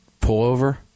pullover